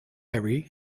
harry